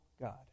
God